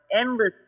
endless